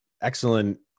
excellent